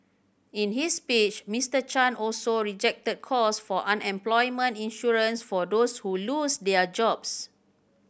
in his speech Mister Chan also rejected calls for unemployment insurance for those who lose their jobs